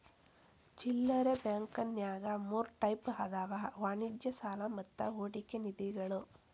ಚಿಲ್ಲರೆ ಬಾಂಕಂನ್ಯಾಗ ಮೂರ್ ಟೈಪ್ ಅದಾವ ವಾಣಿಜ್ಯ ಸಾಲಾ ಮತ್ತ ಹೂಡಿಕೆ ನಿಧಿಗಳು